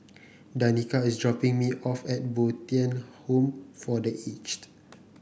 Danika is dropping me off at Bo Tien Home for The Aged